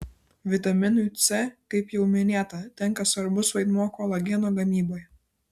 vitaminui c kaip jau minėta tenka svarbus vaidmuo kolageno gamyboje